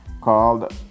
called